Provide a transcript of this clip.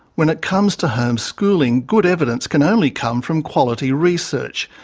when it comes to homeschooling, good evidence can only come from quality research,